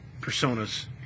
personas